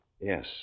Yes